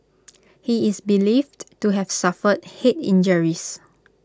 he is believed to have suffered Head injuries